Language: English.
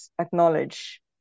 acknowledge